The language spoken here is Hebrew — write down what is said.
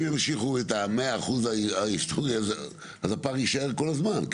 אם ימשיכו את ה-100% הזה אז הפער יישאר כל הזמן.